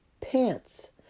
pants